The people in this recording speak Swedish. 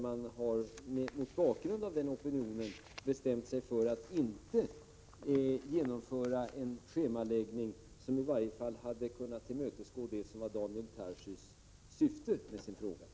Mot bakgrund av den opinionen har bestämts att en sådan schemaläggning inte skall genomföras som hade inneburit att Daniel Tarschys syfte med frågan hade tillmötesgåtts.